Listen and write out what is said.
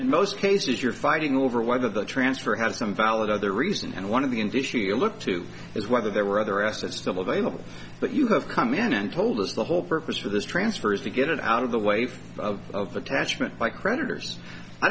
in most cases you're fighting over whether the transfer has some valid other reason and one of the condition you look to is whether there were other assets still available but you have come in and told us the whole purpose for this transfer is to get it out of the wave of attachment by creditors i